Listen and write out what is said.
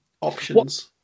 options